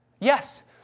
Yes